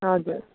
हजुर